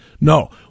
No